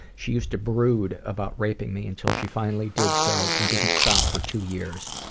she used to brood about raping me until she finally did so and didn't stop for two years.